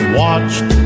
watched